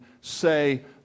say